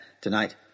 tonight